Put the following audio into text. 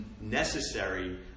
necessary